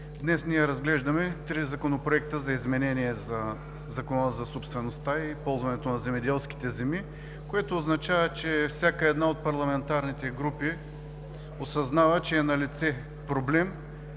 Днес ние разглеждаме три законопроекта за изменение на Закона за собствеността и ползването на земеделските земи, което означава, че всяка една от парламентарните групи осъзнава, че е налице проблем